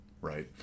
right